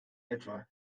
etwa